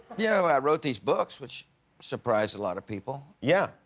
you know i wrote these books, which surprised a lot of people. yeah.